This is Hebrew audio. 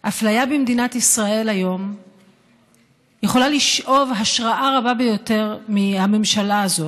אפליה במדינת ישראל כיום יכולה לשאוב השראה רבה ביותר מהממשלה הזאת,